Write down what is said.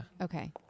Okay